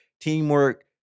teamwork